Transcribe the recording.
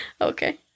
Okay